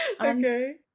Okay